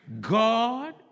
God